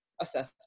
assessment